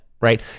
Right